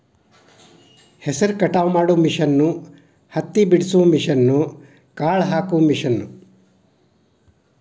ಹೆಸರ ಕಟಾವ ಮಾಡು ಮಿಷನ್ ಹತ್ತಿ ಬಿಡಸು ಮಿಷನ್, ಕಾಳ ಹಾಕು ಮಿಷನ್